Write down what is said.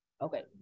Okay